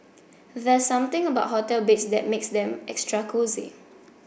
there's something about hotel beds that makes them extra cosy